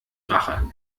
rache